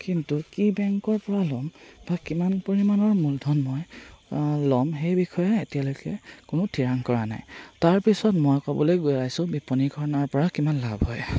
কিন্তু কি বেংকৰ পৰা ল'ম বা কিমান পৰিমাণৰ মূলধন মই ল'ম সেই বিষয়ে এতিয়ালৈকে কোনো থিৰাং কৰা নাই তাৰপিছত মই ক'বলৈ গৈ আছো বিপণীখনৰ পৰা কিমান লাভ হয়